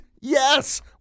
Yes